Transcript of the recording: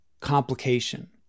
complication